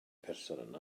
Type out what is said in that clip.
person